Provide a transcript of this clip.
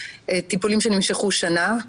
טיפולים שנמשכו שנה.